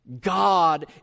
God